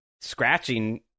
scratching